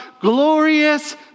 glorious